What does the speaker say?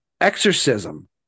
exorcism